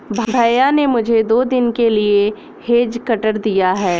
भैया ने मुझे दो दिन के लिए हेज कटर दिया है